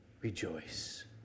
Rejoice